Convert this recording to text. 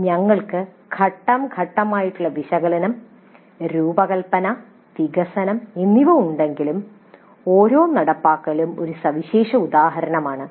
ഞങ്ങൾക്ക് ഘട്ടം ഘട്ടമായുള്ള വിശകലനം രൂപകൽപ്പന വികസനം എന്നിവ ഉണ്ടെങ്കിലും ഓരോ നടപ്പാക്കലും ഒരു സവിശേഷ ഉദാഹരണമാണ്